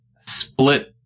split